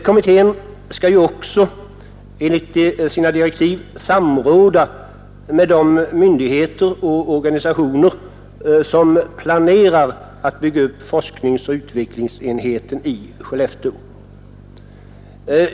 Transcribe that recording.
Kommittén skall enligt sina direktiv också samråda med de myndigheter och organisationer som planerar att bygga upp forskningsoch utvecklingsenheten i Skellefteå.